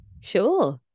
Sure